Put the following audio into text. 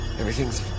Everything's